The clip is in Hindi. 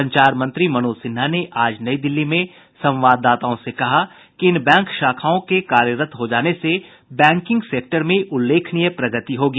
संचार मंत्री मनोज सिन्हा ने आज नई दिल्ली में संवाददाताओं से कहा कि इन बैंक शाखाओं के कार्यरत हो जाने से बैंकिंग सेक्टर में उल्लेखनीय प्रगति होगी